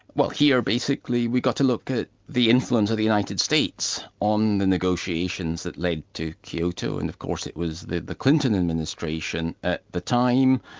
well here basically we've got to look at the influence of the united states on the negotiations that led to kyoto and of course it was the the clinton administration at the time.